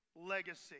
legacy